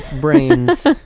brains